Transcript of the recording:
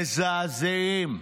מזעזעים.